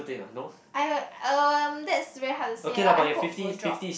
I um that's very hard to say lah I hope will drop